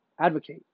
advocate